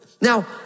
Now